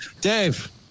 Dave